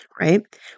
right